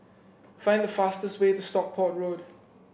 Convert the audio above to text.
find the fastest way to Stockport Road